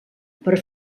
per